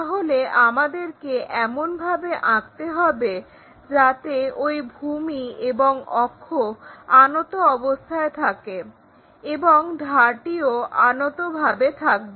তাহলে আমাদেরকে এমনভাবে আঁকতে হবে যাতে ওই ভূমি এবং অক্ষ আনত অবস্থায় থাকে এবং ধারটিও আনতভাবে থাকবে